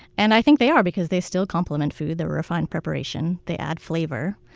and i think they are, because they still complement food. they're a refined preparation. they add flavor.